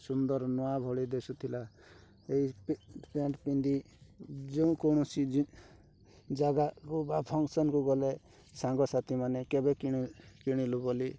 ସୁନ୍ଦର ନୂଆ ଭଳି ଦିଶୁଥିଲା ଏଇ ପ୍ୟାଣ୍ଟ ପିନ୍ଧି ଯେ କୌଣସି ଜାଗା କୁ ବା ଫଙ୍କସନ୍କୁ ଗଲେ ସାଙ୍ଗ ସାଥିମାନେ କେବେ କିଣି କିଣିଲୁ ବୋଲି